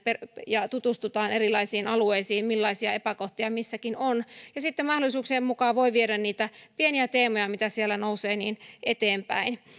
ja tutustutaan erilaisiin alueisiin millaisia epäkohtia missäkin on ja sitten mahdollisuuksien mukaan voi viedä niitä pieniä teemoja mitä siellä nousee eteenpäin